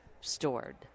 stored